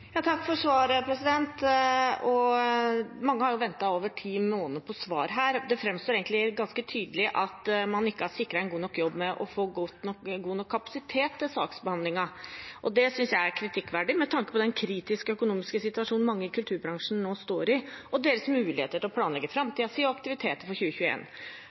Takk for svaret. Mange har ventet over ti måneder på svar. Det framstår egentlig ganske tydelig at man ikke har gjort en god nok jobb med å sikre god nok kapasitet til saksbehandlingen. Det synes jeg er kritikkverdig med tanke på den kritiske økonomiske situasjonen mange i kulturbransjen nå står i, og deres muligheter til å planlegge framtiden sin og aktiviteter for